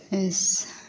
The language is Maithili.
इस